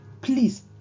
Please